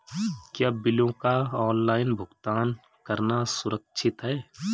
क्या बिलों का ऑनलाइन भुगतान करना सुरक्षित है?